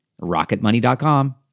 RocketMoney.com